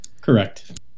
Correct